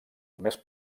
més